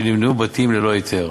בתים שנבנו ללא היתר.